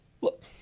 look